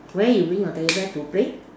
where you bring your teddy bear to play